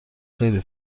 خیلی